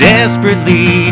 Desperately